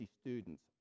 students